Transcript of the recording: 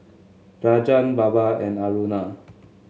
Rajan Baba and Aruna